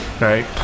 Right